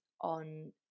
on